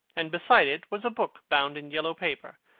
and beside it was a book bound in yellow paper,